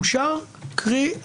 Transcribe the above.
"אושר", קרי,